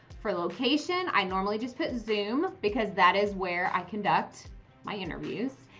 for location, i normally just put zoom, because that is where i conduct my interviews.